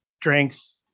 drinks